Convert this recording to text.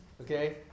Okay